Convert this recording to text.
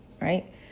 right